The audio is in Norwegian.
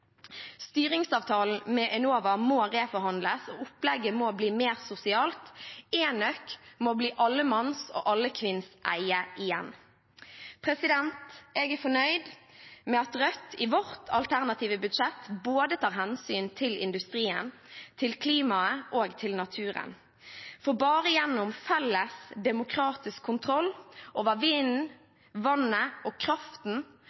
Styringsavtalen med Enova må reforhandles, og opplegget må bli mer sosialt. Enøk må bli allemanns- og allekvinnseie igjen. Jeg er fornøyd med at Rødt i sitt alternative budsjett tar hensyn både til industrien, til klimaet og til naturen, for bare gjennom felles, demokratisk kontroll over vinden, vannet og kraften